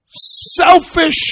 selfish